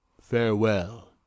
farewell